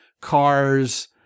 cars